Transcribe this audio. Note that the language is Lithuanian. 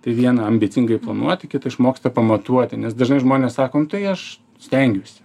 tai viena ambicingai planuoti kita išmoksta pamatuoti nes dažnai žmonės sako nu tai aš stengiuosi